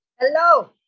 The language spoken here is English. Hello